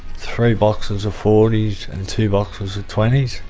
three boxes of forty s and two boxes of twenty s,